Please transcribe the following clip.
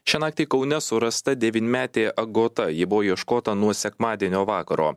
šią naktį kaune surasta devynmetė agota ji buvo ieškota nuo sekmadienio vakaro